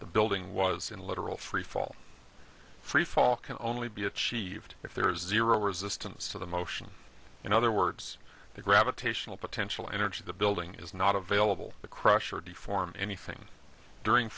the building was in literal freefall freefall can only be achieved if there is zero resistance to the motion in other words the gravitational potential energy of the building is not available the crusher deform anything during